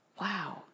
Wow